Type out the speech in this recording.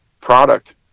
product